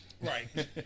Right